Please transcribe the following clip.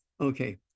Okay